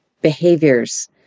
behaviors